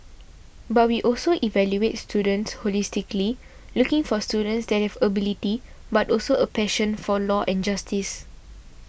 but we also evaluate students holistically looking for students that have ability but also a passion for law and justice